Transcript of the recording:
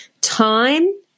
time